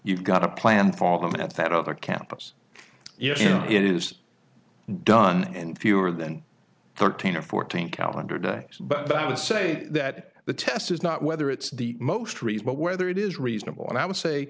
you've got a plan for all of that other campus yes it is done in fewer than thirteen or fourteen calendar day but i would say that the test is not whether it's the most recent whether it is reasonable and i would say